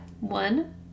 one